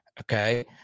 okay